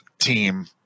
team